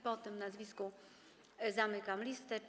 Po tym nazwisku zamykam listę.